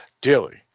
daily